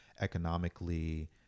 economically